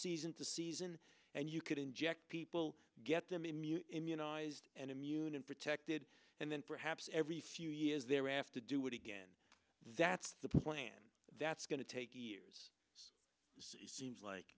season to season and you could inject people get them immune immunized and immune and protected and then perhaps every few years thereafter do it again that's the plan that's going to take years seems like